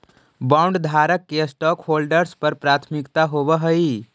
बॉन्डधारक के स्टॉकहोल्डर्स पर प्राथमिकता होवऽ हई